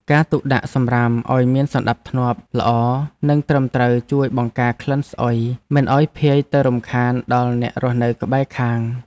ការទុកដាក់សំរាមឱ្យមានសណ្តាប់ធ្នាប់ល្អនិងត្រឹមត្រូវជួយបង្ការក្លិនស្អុយមិនឱ្យភាយទៅរំខានដល់អ្នករស់នៅក្បែរខាង។